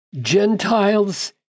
Gentiles